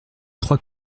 trois